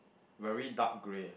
very dark grey